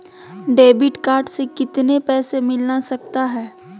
Debit card से कितने पैसे मिलना सकता हैं?